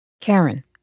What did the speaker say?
Karen